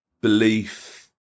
belief